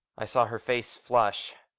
i saw her face flush,